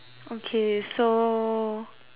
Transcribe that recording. okay so